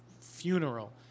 funeral